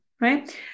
right